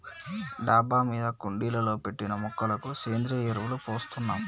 డాబా మీద కుండీలలో పెట్టిన మొక్కలకు సేంద్రియ ఎరువులు పోస్తున్నాం